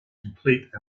complete